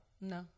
No